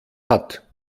hat